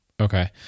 Okay